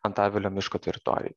antavilio miško teritorijoj